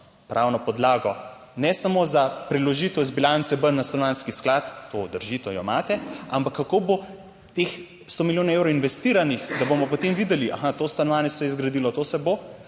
pravno podlago ne samo za preložitev iz bilance ven na stanovanjski sklad, to drži, to imate, ampak kako bo teh 100 milijonov evrov investiranih, da bomo potem videli, aha, to stanovanje se je zgradilo, to se bo